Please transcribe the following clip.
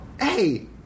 hey